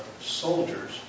soldiers